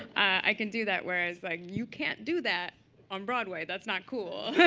i can do that. whereas, like you can't do that on broadway. that's not cool.